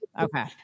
okay